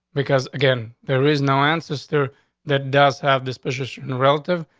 because again, there is no ancestor that does have the specious relative.